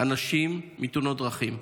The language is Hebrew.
אנשים מתאונות דרכים.